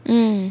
mm